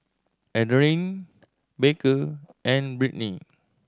Adriene Baker and Brittni